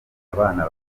abana